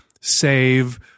save